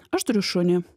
aš turiu šunį